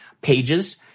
pages